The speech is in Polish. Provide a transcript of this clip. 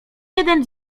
jeden